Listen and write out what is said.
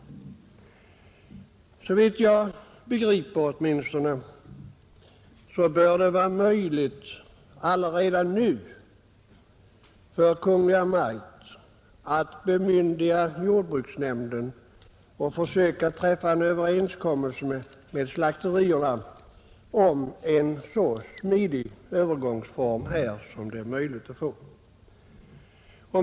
Åtminstone så vitt jag begriper bör det vara möjligt för Kungl. Maj:t att redan nu bemyndiga jordbruksnämnden att försöka träffa en överenskommelse med slakterierna om en så smidig övergång som möjligt.